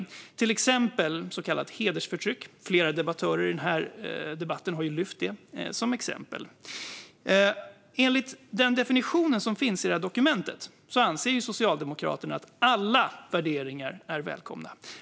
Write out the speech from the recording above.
Ett exempel är så kallat hedersförtryck, som flera debattörer i den här debatten har lyft. Enligt den definition som finns i det här dokumentet anser Socialdemokraterna att alla värderingar är välkomna.